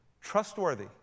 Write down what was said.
trustworthy